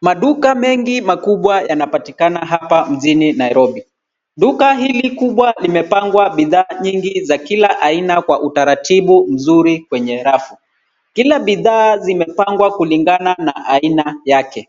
Maduka mengi makubwa yanapatikana hapa mjini Nairobi. Duka hili kubwa limepangwa bidhaa nyingi za kila aina kwa utaratibu mzuri kwenye rafu. Kila bidhaa zimepangwa kulingana na aina yake.